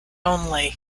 only